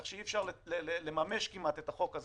כך שאי-אפשר לממש כמעט את החוק הזה